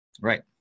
right